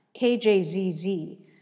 KJZZ